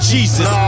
Jesus